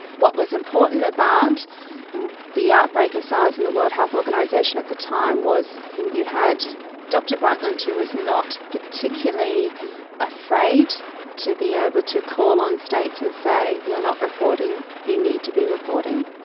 what was important about the outbreak of sars and the world health organisation at the time was you had dr brundtland who was not particularly afraid to be able to call on states and say you're not reporting, you need to be reporting.